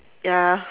ya